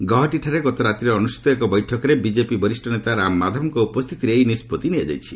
ଗୌହାଟୀଠାରେ ଗତ ରାତିରେ ଅନୁଷ୍ଠିତ ଏକ ବୈଠକରେ ବିଜେପି ବରିଷ୍ଣ ନେତା ରାମମାଧବଙ୍କ ଉପସ୍ଥିତିରେ ଏହି ନିଷ୍ପଭି ନିଆଯାଇଛି